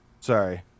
sorry